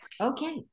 Okay